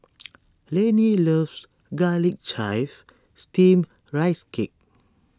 Laney loves Garlic Chives Steamed Rice Cake